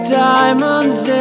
diamonds